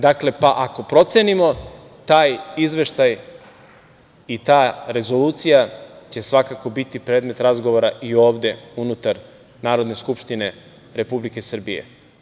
Dakle, ako procenimo taj izveštaj i ta rezolucija će svakako biti predmet razgovora i ovde unutar Narodne skupštine Republike Srbije.